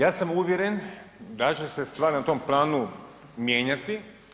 Ja sam uvjeren da će se stvari na tom planu mijenjati.